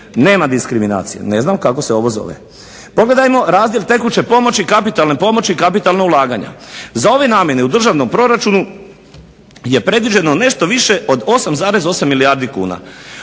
Nema diskriminacije. Ne znam kako se ovo zove. Pogledajmo razdjel tekuće pomoći, kapitalne pomoći i kapitalnog ulaganja. Za ove namjene u državnom proračunu je predviđeno nešto više od 8,8 milijardi kuna.